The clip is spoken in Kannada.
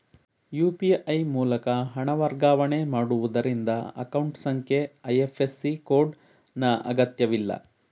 ಯು.ಪಿ.ಐ ಮೂಲಕ ಹಣ ವರ್ಗಾವಣೆ ಮಾಡುವುದರಿಂದ ಅಕೌಂಟ್ ಸಂಖ್ಯೆ ಐ.ಎಫ್.ಸಿ ಕೋಡ್ ನ ಅಗತ್ಯಇಲ್ಲ